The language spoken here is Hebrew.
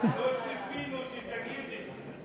ציפינו שתגיד את זה.